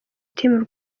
team